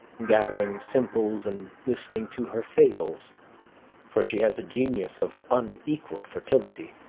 gathering simples and listening to her fables for she has a genius of unequalled fertility,